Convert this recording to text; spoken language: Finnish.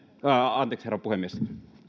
anteeksi herra puhemies